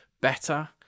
better